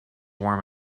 warm